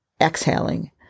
exhaling